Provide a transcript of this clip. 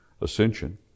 ascension